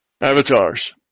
avatars